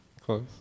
close